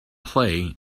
play